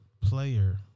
Player